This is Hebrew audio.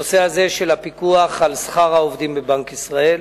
הנושא הזה של הפיקוח על שכר העובדים בבנק ישראל.